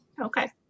Okay